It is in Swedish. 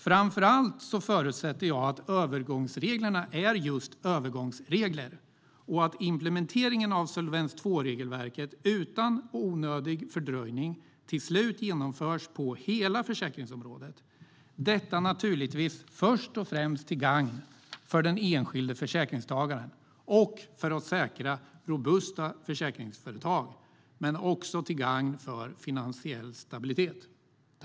Framför allt förutsätter jag att övergångsreglerna är just övergångsregler och att implementeringen av Solvens II-regelverket utan onödig fördröjning till slut genomförs på hela försäkringsområdet, detta naturligtvis först och främst till gagn för den enskilda försäkringstagaren och för att säkra robusta försäkringsföretag men också till gagn för finansiell stabilitet.